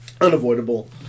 Unavoidable